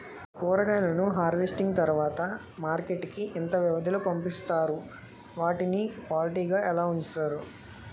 కూరగాయలను హార్వెస్టింగ్ తర్వాత మార్కెట్ కి ఇంత వ్యవది లొ పంపిస్తారు? వాటిని క్వాలిటీ గా ఎలా వుంచుతారు?